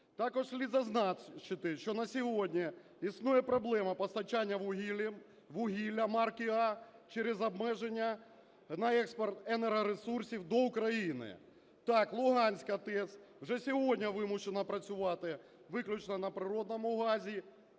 Також слід зазначити, що на сьогодні існує проблема постачання вугілля марки "А" через обмеження на експорт енергоресурсів до України. Так, Луганська ТЕС вже сьогодні вимушена працювати виключно на природному газі,